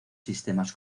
sistemas